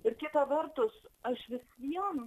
ir kita vertus aš vis viena